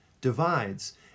divides